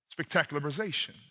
Spectacularization